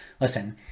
Listen